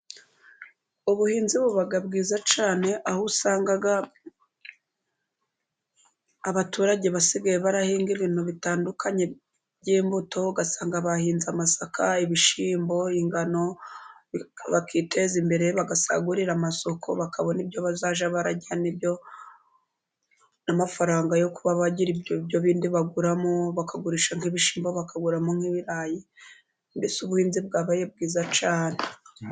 Ubuhinzi buba cyane, aho usanga abaturage basigaye barahinga ibintu bitandukanye by'imbuto, ugasanga bahinze amasaka, ibishyimbo, ingano, bakiteza imbere, bagasagurira amasoko, bakabona ibyo bazajya barajyana n'ibyo(...) n'amafaranga yo kuba bagira ibyo bindi baguramo bakagurisha nk'ibishimbo ,bakagura nk'ibirayi. Mbese ubuhinzi bwabaye bwiza cyane.